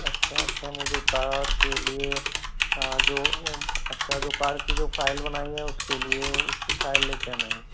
अच्छा अच्छा मुझे कार के लिए जो अच्छा जो कार की जो फाइल बनाई है उसके लिए उसकी फाइल ले कर आना है